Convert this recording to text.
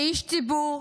כאיש ציבור,